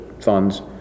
funds